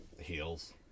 heels